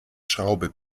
schraube